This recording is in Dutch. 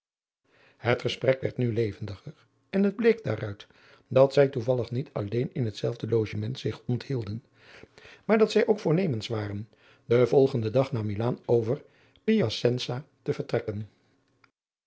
het gesprek werd nu levendiger en het bleek daaruit dat zij toevallig niet alleen in hetzelfde logement zich onthielden maar dat zij ook voornemens waren den volgenden dag naar milaan over piacensa te vertrekken